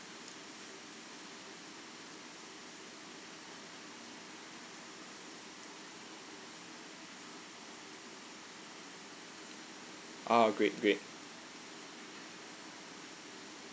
ah great great